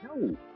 no